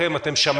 אשר,